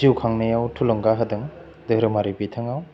जिउ खांनायाव थुलुंगा होदों धाेरोमारि बिथिङाव